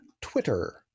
Twitter